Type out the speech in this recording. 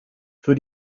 für